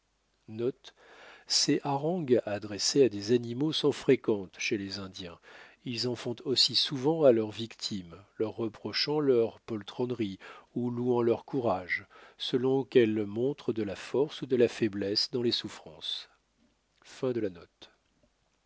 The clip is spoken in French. ces harangues adressées à des animaux sont fréquentes chez les indiens ils en font aussi souvent à leurs victimes leur reprochant leur poltronnerie ou louant leur courage selon qu'elles montrent de la force ou de la faiblesse dans les souffrances